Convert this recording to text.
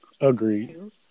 agreed